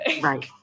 Right